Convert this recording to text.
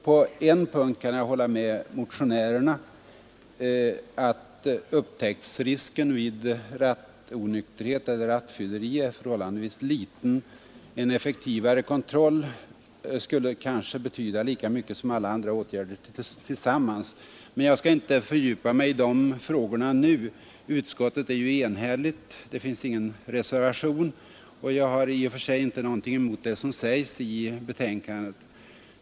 På en punkt kan jag hålla med motionärerna: att upptäcktsrisken vid rattonykterhet eller rattfylleri är förhållandevis liten. En effektivare kontroll skulle kanske betyda lika mycket som alla andra åtgärder tillsammans. Men jag skall inte fördjupa mig i de frågorna nu. Utskottet är ju enigt — det finns ingen reservation — och jag har i och för sig inte någonting emot det som sägs i betänkandet.